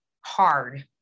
hard